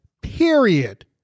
period